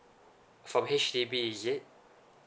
from H_D_B is it